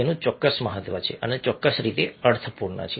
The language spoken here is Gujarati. સારું તેનું ચોક્કસ મહત્વ છે અને તે ચોક્કસ રીતે અર્થપૂર્ણ છે